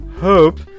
hope